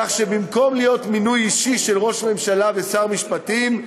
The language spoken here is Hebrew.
כך שבמקום להיות מינוי אישי של ראש ממשלה ושר משפטים,